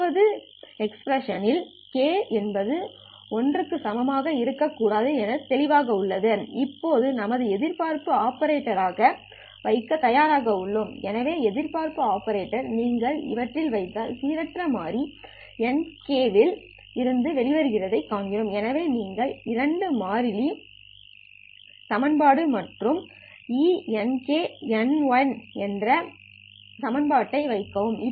இரண்டாவது எஸ்பிரஸன் ல் k என்பது l க்கு சமமாக இருக்கக்கூடாது என தெளிவாக உள்ளது இப்போது நாம் எதிர்பார்ப்பு ஆபரேட்டர் வைக்கத் தயாராக உள்ளோம் எனவே எதிர்பார்ப்பு ஆபரேட்டர் நீங்கள் இவற்றில் வைத்தால் சீரற்ற மாறி Nk ல் இருந்து வருவதைக் காண்கிறீர்கள் எனவே நீங்கள் இரண்டு மாறி 𝐸 மற்றும் ENkNl ஐ வைக்கவும்